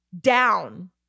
down